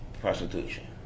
prostitution